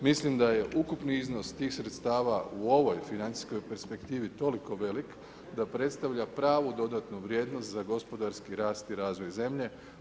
Mislim da je ukupni iznos tih sredstava u ovoj financijskoj perspektivi toliko velik da predstavlja pravu dodatnu vrijednost za gospodarski rast i razvoj zemlje.